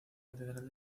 catedral